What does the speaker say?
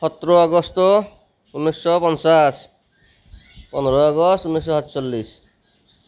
সোতৰ আগষ্ট ঊনৈছশ পঞ্চাছ পোন্ধৰ আগষ্ট ঊনৈছশ সাতচল্লিছ